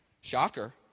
Shocker